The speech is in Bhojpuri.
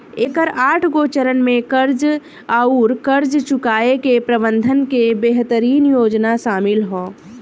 एकर आठगो चरन में कर्ज आउर कर्ज चुकाए के प्रबंधन के बेहतरीन योजना सामिल ह